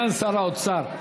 אדוני סגן שר האוצר,